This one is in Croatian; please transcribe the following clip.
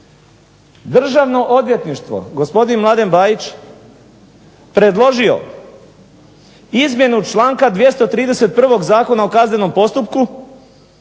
Državno odvjetništvo, gospodin Mladen Bajić predložio izmjenu članka 231. Zakona o kaznenom postupku,